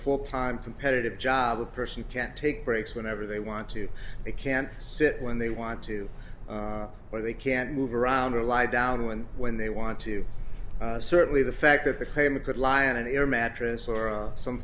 full time competitive job the person can't take breaks whenever they want to they can't sit when they want to but they can't move around or lie down when when they want to certainly the fact that the claim could lie on an air mattress or some